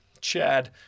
Chad